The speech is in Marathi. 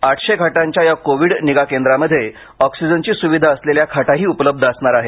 आठशे खाटांच्या या कोविड निगा केंद्रामध्ये ऑक्सीजनची सुविधा असलेल्या खाटाही उपलब्ध असणार आहेत